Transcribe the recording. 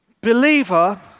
believer